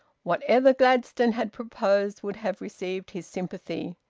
whatever gladstone had proposed would have received his sympathy.